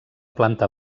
planta